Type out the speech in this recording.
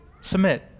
submit